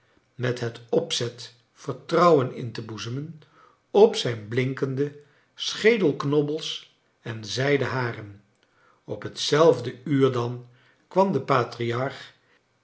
met het opzet vertrouwen in te boezemen op zijn blinkende schedelknobbels en zij den haren op hetzelfde uur dan kwam de